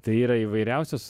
tai yra įvairiausios